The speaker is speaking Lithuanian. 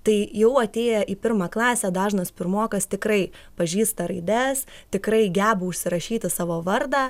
tai jau atėję į pirmą klasę dažnas pirmokas tikrai pažįsta raides tikrai geba užsirašyti savo vardą